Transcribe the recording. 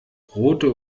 rote